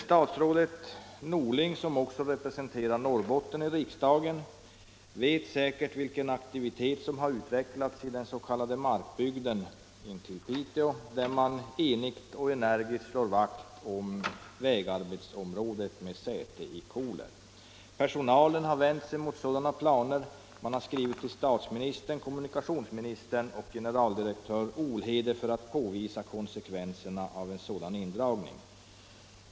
Statsrådet Norling, som också representerar Norrbotten i riksdagen, vet säkert vilken aktivitet som har utvecklats i den s.k. Markbygden intill Piteå, där man enigt och energiskt slår vakt om vägarbetsområdet med säte i Koler. Personalen har vänt sig mot planer på indragning, och man har skrivit till statsministern, kommunikationsministern och generaldirektör Olhede för att påvisa konsekvenserna av en indragning.